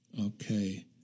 Okay